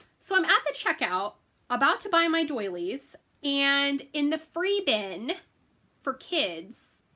so i'm at the checkout about to buy my doilies and in the free bin for kids,